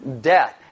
death